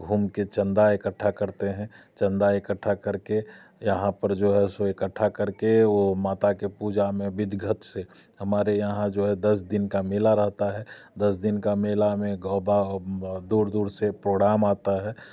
घूमके चंदा इकट्ठा करते हैं चंदा इकट्ठा करके यहाँ पर जो है सो इकट्ठा करके वो माता के पूजा में बिधगत से हमारे यहाँ जो है दस दिन का मेला रहता है दस दिन का मेला में दूर दूर से आता है